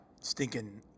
stinking